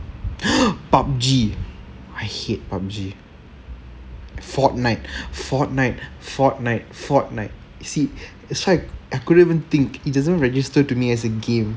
PUB_G I hate PUB_G fortnite fortnite fortnite fortnite see you see I couldn't even think it doesn't register to me as a game